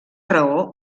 raó